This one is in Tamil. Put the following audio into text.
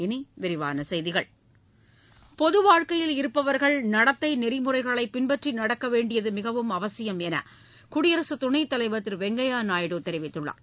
இனி விரிவான செய்திகள் பொது வாழ்க்கையில் இருப்பவர்கள் நடத்தை நெறிமுறைகளை பின்பற்றி நடக்க வேண்டியது மிகவும் அவசியம் என குடியரசு துணைத் தலைவர் திரு வெங்கய்ய நாயுடு தெரிவித்துள்ளார்